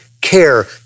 care